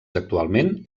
actualment